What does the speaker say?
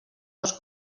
dos